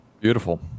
Beautiful